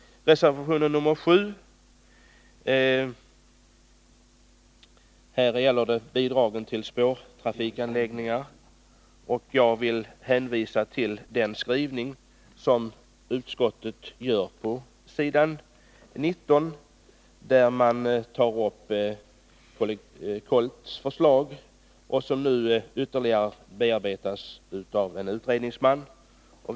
Reservation 7 gäller bidragen till spårtrafikanläggningar. Jag vill hänvisa till utskottets skrivning på s. 19, där man tar upp KOLT:s förslag, som nu ytterligare bearbetas av en utredningsman.